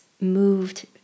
moved